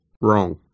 wrong